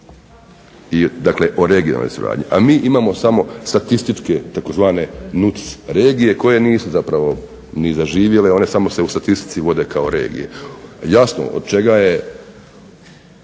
i dakle o regionalnoj suradnji. A mi imamo samo statističke tzv. NUC regije koje nisu zapravo ni zaživjele. One samo se u statistici vode kao regije. Jasno od čega je